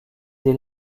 des